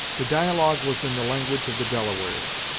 the dialogue was in the language of the delawares.